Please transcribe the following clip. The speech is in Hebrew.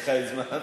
לך יש זמן?